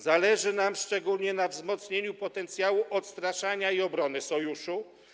Zależy nam szczególnie na wzmocnieniu potencjału odstraszania i obrony Sojuszu.